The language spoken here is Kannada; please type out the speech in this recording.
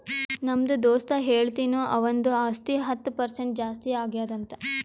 ನಮ್ದು ದೋಸ್ತ ಹೇಳತಿನು ಅವಂದು ಆಸ್ತಿ ಹತ್ತ್ ಪರ್ಸೆಂಟ್ ಜಾಸ್ತಿ ಆಗ್ಯಾದ್ ಅಂತ್